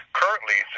currently